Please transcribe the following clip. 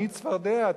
אני צפרדע,